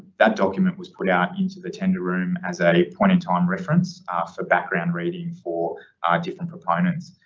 that document was put out into the tender room as a point in time reference for background reading for our different proponents.